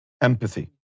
empathy